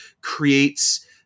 creates